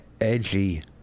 edgy